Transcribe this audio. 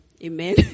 Amen